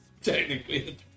Technically